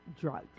drugs